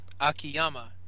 Akiyama